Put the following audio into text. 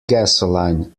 gasoline